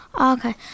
Okay